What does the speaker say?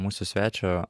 mūsų svečio